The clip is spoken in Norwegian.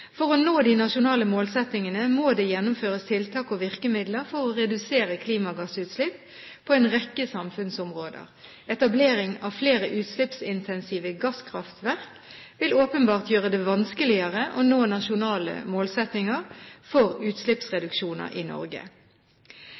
For å nå de nasjonale målsettingene må det gjennomføres tiltak og virkemidler for å redusere klimagassutslipp på en rekke samfunnsområder. Etablering av flere utslippsintensive gasskraftverk vil åpenbart gjøre det vanskeligere å nå nasjonale målsettinger for utslippsreduksjoner i Norge.